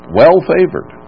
well-favored